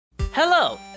Hello